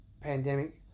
pandemic